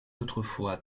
autrefois